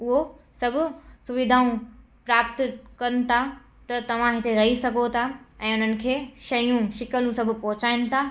उहो सभु सुविधाऊं प्राप्त कनि था त तव्हां हिते रही सघो था ऐं उन्हनि खे शयूं शिकलूं सभु पहुचाइनि था